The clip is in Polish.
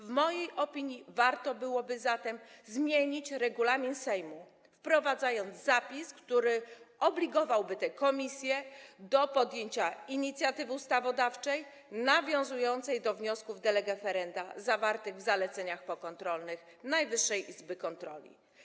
W mojej opinii warto byłoby zatem zmienić regulamin Sejmu, wprowadzając zapis, który obligowałby te komisje do podjęcia inicjatywy ustawodawczej nawiązującej do wniosków de lege ferenda zawartych w zaleceniach pokontrolnych Najwyższej Izby Kontroli.